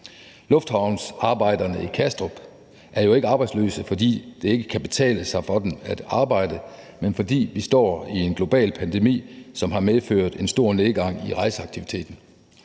Lufthavnsarbejderne i Kastrup er jo ikke arbejdsløse, fordi det ikke kan betale sig for dem at arbejde, men fordi vi står i en global pandemi, som har medført en stor nedgang i rejseaktiviteten.